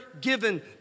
given